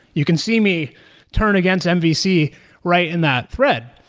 you can see me turn against mvc right in that thread,